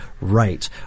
right